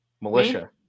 militia